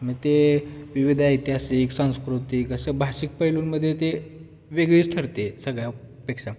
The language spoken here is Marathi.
मग ते विविध ऐतिहासिक सांस्कृतिक अशा भाषिक पैलूंमध्ये ते वेगळी ठरते सगळ्यापेक्षा